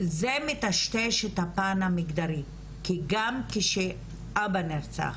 זה מטשטש את הפן המגדרי, כי גם כשאבא נרצח,